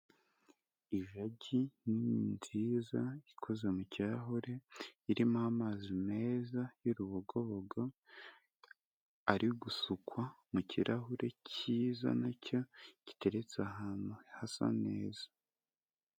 Ijagi nini nziza ikoze mu kirahure, irimo amazi meza y'urubogobogo, ari gusukwa mu kirahure cyiza na cyo giteretse ahantu hasa neza.